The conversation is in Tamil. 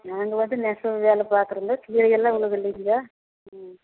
நாங்கள் வந்து நெசவு வேலை பார்க்குறோங்க ம்